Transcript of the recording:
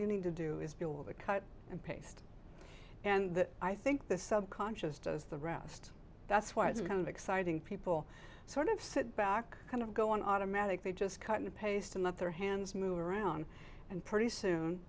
you need to do is build a cut and paste and i think the subconscious does the rest that's why it's kind of exciting people sort of sit back kind of go on automatic they just cut and paste and let their hands move around and pretty soon